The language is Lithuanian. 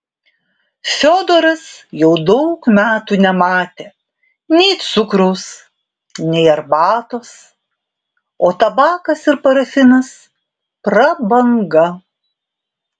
fiodoras jau daug metų nematė nei cukraus nei arbatos o tabakas ir parafinas prabanga